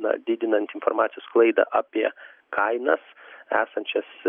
na didinant informacijos sklaidą apie kainas esančias